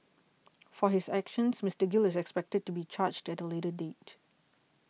for his actions Mister Gill is expected to be charged at a later date